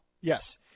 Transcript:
Yes